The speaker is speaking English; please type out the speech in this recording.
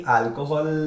alcohol